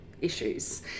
issues